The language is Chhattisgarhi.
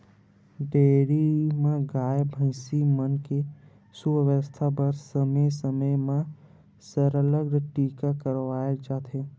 डेयरी म गाय, भइसी मन के सुवास्थ बर समे समे म सरलग टीका लगवाए जाथे